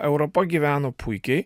europa gyveno puikiai